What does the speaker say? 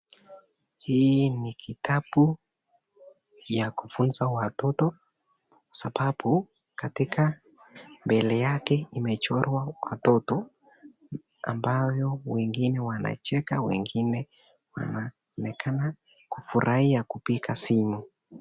Hii ni kitabu ya kufunza watoto, sababu katika mbele yake imechorwa watoto ,ambayo wengine wanacheka ,wengine wanaonekana kufurahia kupiga simu.